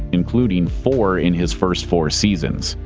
including four in his first four seasons.